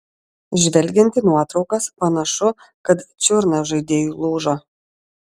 žvelgiant į nuotraukas panašu kad čiurna žaidėjui lūžo